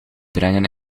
brengen